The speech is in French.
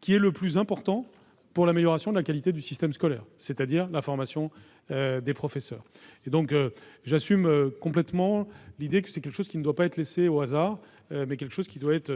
qui est le plus important pour l'amélioration de la qualité du système scolaire, c'est-à-dire la formation des professeurs. J'assume complètement l'idée que cette nomination ne doit pas être laissée au hasard, mais